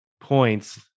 points